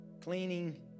Cleaning